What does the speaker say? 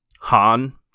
Han